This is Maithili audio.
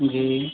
जी